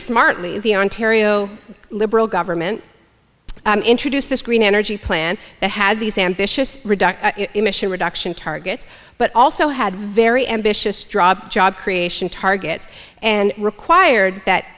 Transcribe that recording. smartly the ontario liberal government introduced this green energy plan that had these ambitious emission reduction targets but also had very ambitious drop job creation targets and required that